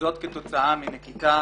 וזאת כתוצאה מנקיטה